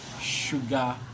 Sugar